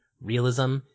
realism